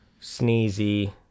sneezy